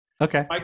Okay